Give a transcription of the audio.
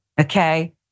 okay